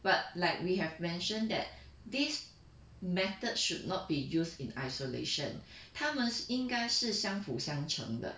but like we have mentioned that this method should not be used in isolation 他们应该是相辅相成的